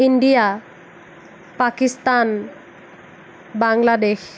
India Pakistan Bangladesh